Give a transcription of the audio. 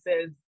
says